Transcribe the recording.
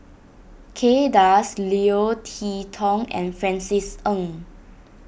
Kay Das Leo Tee Tong and Francis Ng